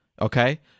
Okay